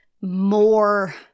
more